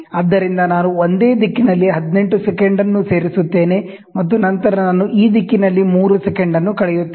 ಆದ್ದರಿಂದ ನಾನು ಒಂದೇ ದಿಕ್ಕಿನಲ್ಲಿ 18" ಅನ್ನು ಸೇರಿಸುತ್ತೇನೆ ಮತ್ತು ನಂತರ ನಾನು ಈ ದಿಕ್ಕಿನಲ್ಲಿ 3" ಅನ್ನು ಕಳೆಯುತ್ತೇನೆ